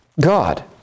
God